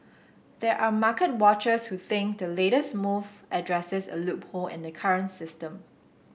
there are market watchers who think the latest move addresses a loophole in the current system